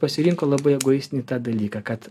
pasirinko labai egoistinį tą dalyką kad